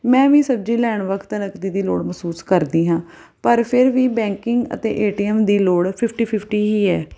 ਮੈਂ ਵੀ ਸਬਜ਼ੀ ਲੈਣ ਵਕਤ ਨਕਦੀ ਦੀ ਲੋੜ ਮਹਿਸੂਸ ਕਰਦੀ ਹਾਂ ਪਰ ਫਿਰ ਵੀ ਬੈਂਕਿੰਗ ਅਤੇ ਏ ਟੀ ਐੱਮ ਦੀ ਲੋੜ ਫਿਫਟੀ ਫਿਫਟੀ ਹੀ ਹੈ